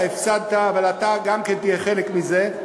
אתה הפסדת, אבל גם אתה תהיה חלק מזה.